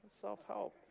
Self-help